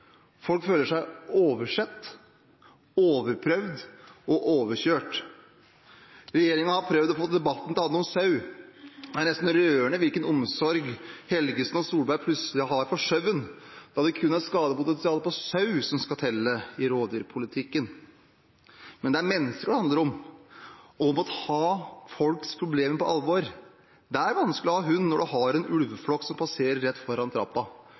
Folk føler seg oversett, overprøvd og overkjørt. Regjeringen har prøvd å få debatten til å handle om sau. Det er nesten rørende hvilken omsorg Helgesen og Solberg plutselig har for sauen, og at det kun er skadepotensialet på sau som skal telle i rovdyrpolitikken. Men det er mennesker det handler om, og om å ta folks problemer på alvor. Det er vanskelig å ha hund når man har en ulveflokk som passerer rett foran